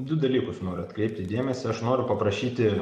du dalykus noriu atkreipti dėmesį aš noriu paprašyti